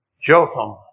Jotham